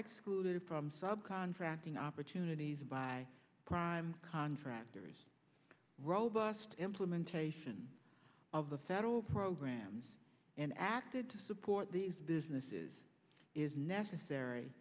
excluded from sub contracting opportunities by prime contractors robust implementation of the federal programs and acted to support these businesses is necessary